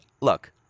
look